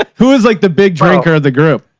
who is like the big drinker of the group